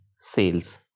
sales